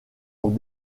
son